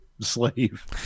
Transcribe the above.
slave